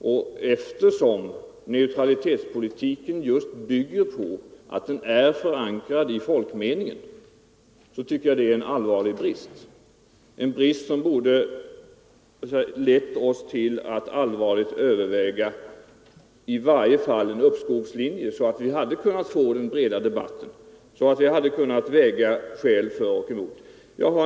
Och eftersom neutralitetspolitiken just bygger på att den är förankrad i folkmeningen, tycker jag att det är en allvarlig brist. Det är en brist som borde ha lett oss till att allvarligt överväga i varje fall en uppskovslinje, så att vi hade kunnat få den breda debatten och kunnat väga skäl för och emot.